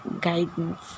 guidance